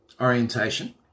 orientation